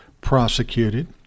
prosecuted